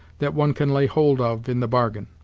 that one can lay hold of in the bargain.